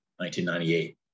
1998